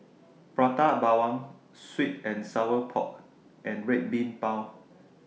Prata Bawang Sweet and Sour Pork and Red Bean Bao